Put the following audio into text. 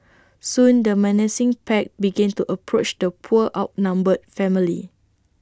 soon the menacing pack began to approach the poor outnumbered family